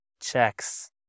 checks